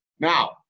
Now